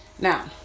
Now